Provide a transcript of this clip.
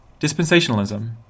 Dispensationalism